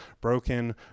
broken